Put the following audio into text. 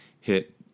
hit